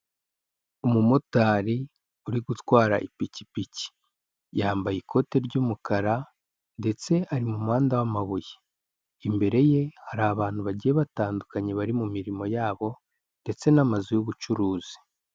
Umumotari uri gutwara ipikipiki yambaye ikote ry'umukara ndetse ari mu muhanda w'amabuye imbere ye hari abantu bagiye batandukanye bari mu mirimo yabo ndetse n'amazu y'ubucuruzi.